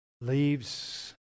leaves